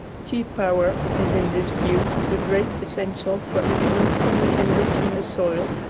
cheap power is, in this view, the great essential for economically enriching the soil,